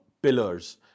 pillars